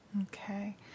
Okay